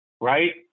right